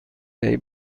دهی